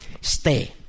Stay